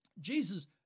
Jesus